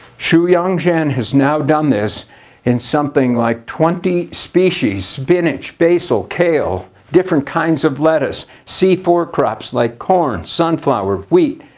shuyang zhen has now done this in something like twenty species spinach, basil, kale, different kinds of lettuce, c four crops like corn, sunflower, wheat.